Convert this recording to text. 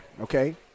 okay